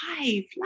life